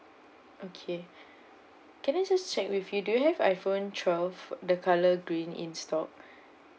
okay can I just check with you do you have iphone twelve the colour green in stock